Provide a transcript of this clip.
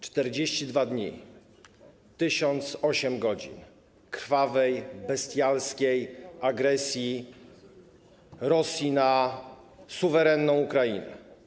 42 dni, 1008 godzin krwawej, bestialskiej agresji Rosji na suwerenną Ukrainę.